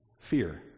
Fear